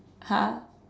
!huh!